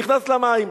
נכנס למים.